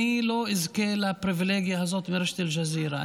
אני לא אזכה לפריבילגיה הזו ברשת אל-ג'זירה.